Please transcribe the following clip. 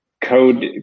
code